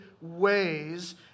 ways